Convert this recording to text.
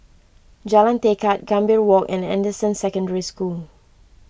Jalan Tekad Gambir Walk and Anderson Secondary School